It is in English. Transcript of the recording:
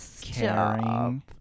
caring